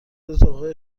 اتاق